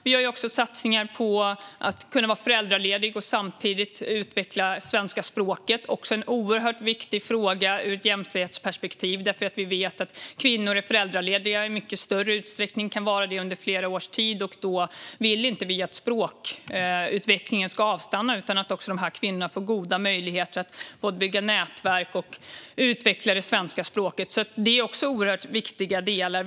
Vi har även satsningar på att kvinnor ska kunna vara föräldralediga och samtidigt utveckla svenska språket, vilket är en oerhört viktig fråga ur ett jämställdhetsperspektiv. Vi vet nämligen att kvinnor är föräldralediga i mycket större utsträckning och att de kan vara det under flera års tid. Då vill vi inte att språkutvecklingen ska avstanna, utan dessa kvinnor ska få goda möjligheter att både bygga nätverk och utveckla svenska språket. Det är också oerhört viktiga delar.